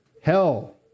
Hell